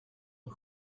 een